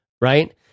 Right